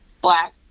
Black